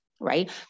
Right